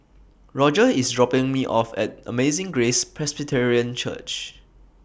Roger IS dropping Me off At Amazing Grace Presbyterian Church